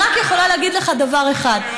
אני רק יכולה להגיד לך דבר אחד.